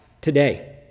today